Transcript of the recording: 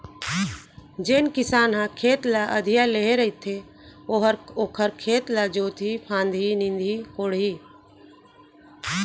जेन किसान ह खेत ल अधिया लेहे रथे ओहर ओखर खेत ल जोतही फांदही, निंदही कोड़ही